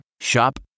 Shop